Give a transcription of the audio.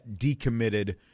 decommitted –